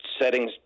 settings